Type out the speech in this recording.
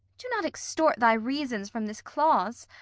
do not extort thy reasons from this clause,